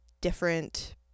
different